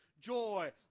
joy